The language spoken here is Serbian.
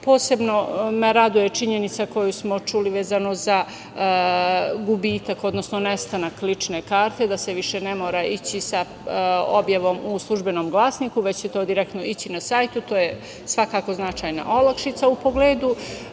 me raduje činjenica koju smo čuli, vezano za gubitak, odnosno nestanak lične karte, a to je da se više ne mora ići sa objavom u „Službenom glasniku“, već će direktno ići na sajt. To je svakako značajna olakšica.U pogledu